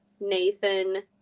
Nathan